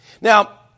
Now